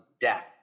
death